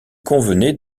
convenait